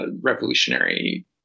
revolutionary